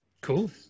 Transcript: cool